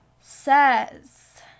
says